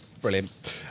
Brilliant